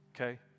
Okay